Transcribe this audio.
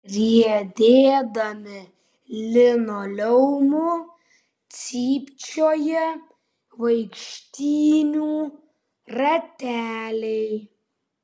riedėdami linoleumu cypčioja vaikštynių rateliai